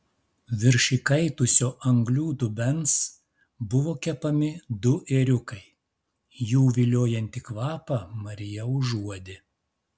virš įkaitusio anglių dubens buvo kepami du ėriukai jų viliojantį kvapą marija užuodė